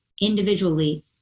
individually